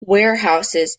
warehouses